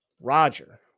Roger